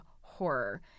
horror